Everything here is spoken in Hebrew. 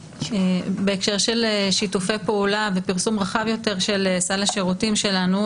בהקשר של שיתופי פעולה ופרסום רחב יותר של סל השירותים שלנו,